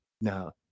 Now